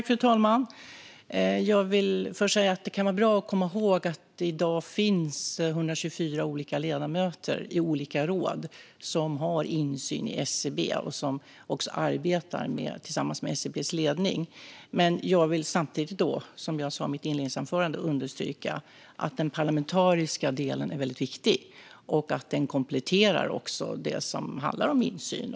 Fru talman! Jag vill först säga att det kan vara bra att komma ihåg att det i dag finns 124 olika ledamöter i olika råd som har insyn i SCB och som arbetar tillsammans med SCB:s ledning. Men jag vill samtidigt, som jag sa i mitt inledande inlägg, understryka att den parlamentariska delen är väldigt viktig och att den kompletterar det som handlar om insyn.